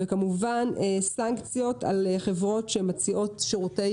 וכמובן סנקציות על חברות שמציעות שירותי